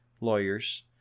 lawyers